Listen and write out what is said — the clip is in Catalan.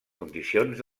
condicions